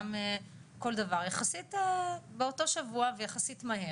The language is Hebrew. גם כל דבר יחסית באותו שבוע ויחסית מהר,